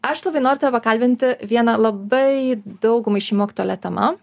aš labai noriu tave pakalbinti viena labai daugumai šeimų aktualia tema